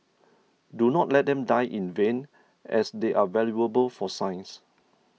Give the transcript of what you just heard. do not let them die in vain as they are valuable for science